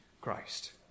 christ